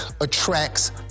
attracts